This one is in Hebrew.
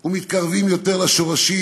ומתקרבים יותר לשורשים,